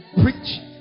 Preach